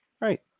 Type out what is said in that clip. Right